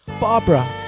Barbara